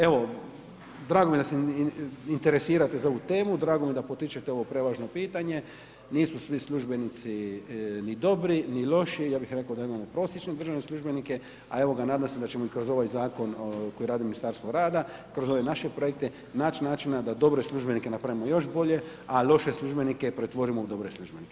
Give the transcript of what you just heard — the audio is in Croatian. Evo, drago mi je da se interesirate za ovu temu, drago mi je da potičete ovo prevažno pitanje, nisu svi službenici ni dobri, ni loši, ja bih reko da imamo prosječne državne službenike, a evo ga nadam se da ćemo i kroz ovaj zakon koji radi Ministarstvo rada, kroz ove naše projekte naći načina da dobre službenike napravimo još bolje, a loše službenike pretvorimo u dobre službenike.